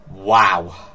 Wow